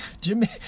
Jimmy